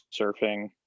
surfing